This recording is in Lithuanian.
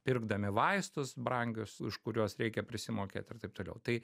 pirkdami vaistus brangius už kuriuos reikia prisimokėt ir taip toliau tai